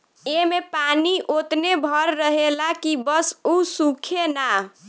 ऐमे पानी ओतने भर रहेला की बस उ सूखे ना